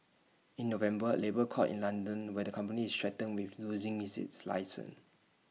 in November A labour court in London where the company is threatened with losing its its license